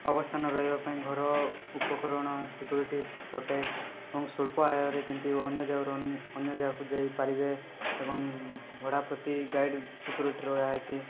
ଅବସ୍ଥାନ ରହିବା ପାଇଁ ଘର ଉପକରଣ ସିକ୍ୟୁରିଟି ପ୍ରୋଟେକ୍ଟ ଏବଂ ସ୍ୱଳ୍ପ ଆୟରେ କିନ୍ତୁ ଅନ୍ୟ ଜାରାରୁ ଅନ୍ୟ ଜାଗାକୁ ଯାଇପାରିବେ ଏବଂ ଭଡ଼ା ପ୍ରତି ଗାଇଡ଼ ସିକ୍ୟୁରିଟି ରହା ହେଇଛି